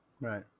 Right